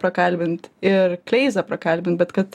prakalbint ir kleizą prakalbint bet kad